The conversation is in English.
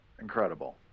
Incredible